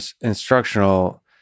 instructional